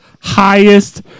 highest